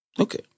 Okay